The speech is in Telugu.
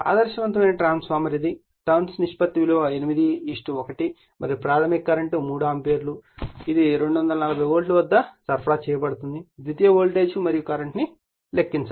ఆదర్శవంతమైన ట్రాన్స్ఫార్మర్ ఇది టర్న్స్ నిష్పత్తి విలువ 81 ఉంది మరియు ప్రాధమిక కరెంట్ 3 ఆంపియర్ ఇవ్వబడుతుంది ఇది 240 వోల్ట్ వద్ద సరఫరా చేయబడినప్పుడు ద్వితీయ వోల్టేజ్ మరియు కరెంట్ ను లెక్కించండి